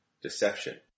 deception